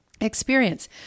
experience